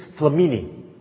Flamini